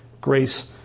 grace